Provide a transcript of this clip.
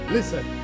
Listen